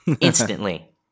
instantly